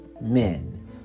men